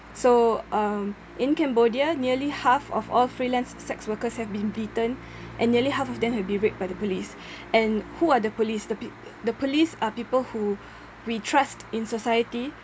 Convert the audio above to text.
so um in cambodia nearly half of all freelance sex workers have been beaten and nearly half of them have been raped by the police and who are the police the p~ the police are the people who we trust in society